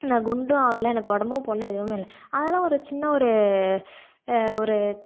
நான் குண்டும் ஆகலை எனக்கு உடம்பும் போடலை எதுவுமே இல்லை அதெலாம் ஒரு சின்ன ஒரு ஒரு